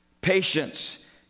patience